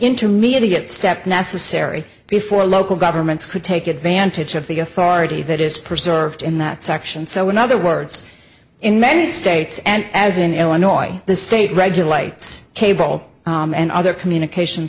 intermediate step necessary before local governments could take advantage of the authority that is preserved in that section so in other words in many states and as in illinois the state regulates cable and other communication